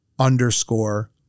underscore